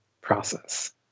process